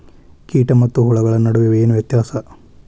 ಕೇಟ ಮತ್ತು ಹುಳುಗಳ ನಡುವೆ ಏನ್ ವ್ಯತ್ಯಾಸ?